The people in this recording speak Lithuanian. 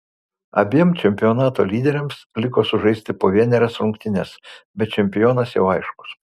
abiem čempionato lyderiams liko sužaisti po vienerias rungtynes bet čempionas jau aiškus